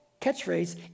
catchphrase